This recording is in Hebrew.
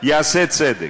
ייעשה צדק.